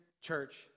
church